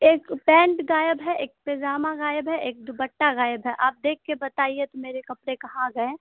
ایک پینٹ غائب ہے ایک پیجامہ غائب ہے ایک دوپٹہ غائب ہے آپ دیکھ کے بتائیے تو میرے کپڑے کہاں گئیں